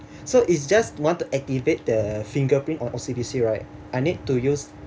so is just want to activate the fingerprint on O_C_B_C right I need to use